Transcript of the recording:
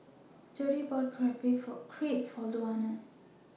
Jere bought Crepe For Luana